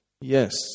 Yes